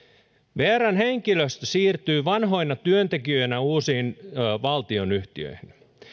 vrn henkilöstö siirtyy vanhoina työntekijöinä uusiin valtionyhtiöihin